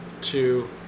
two